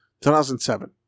2007